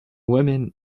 women